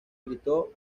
gritó